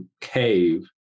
cave